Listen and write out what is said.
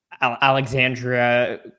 Alexandria